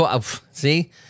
See